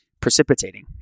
precipitating